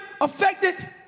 affected